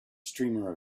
streamer